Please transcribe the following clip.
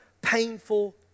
painful